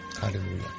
Hallelujah